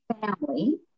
family